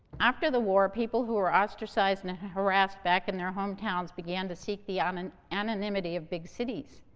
after the war, people who were ostracized and harassed back in their hometowns began to seek the um and anonymity of big cities.